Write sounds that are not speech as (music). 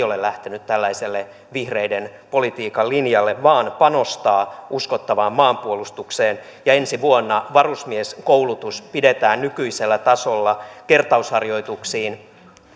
(unintelligible) ole lähtenyt tällaiselle vihreiden politiikan linjalle vaan panostaa uskottavaan maanpuolustukseen ensi vuonna varusmieskoulutus pidetään nykyisellä tasolla kertausharjoituksiin